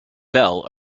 bell